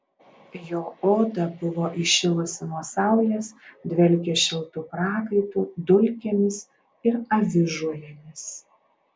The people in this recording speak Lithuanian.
jo oda buvo įšilusi nuo saulės dvelkė šiltu prakaitu dulkėmis ir avižuolėmis